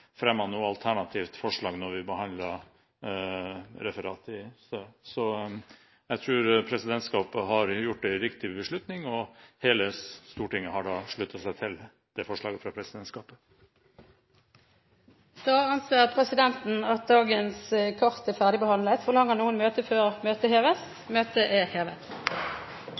noe alternativt forslag da vi behandlet referatet i sted. Jeg tror presidentskapet har fattet en riktig beslutning. Hele Stortinget har sluttet seg til forslaget fra presidentskapet. Da anser presidenten at dagens kart er ferdigbehandlet. Forlanger noen ordet før møtet heves? – Møtet er hevet.